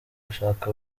gushaka